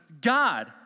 God